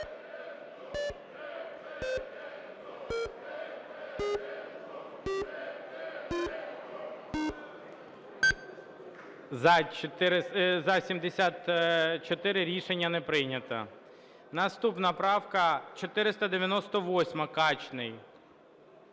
За-74 Рішення не прийнято. Наступна правка 498, Качний.